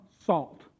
salt